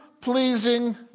pleasing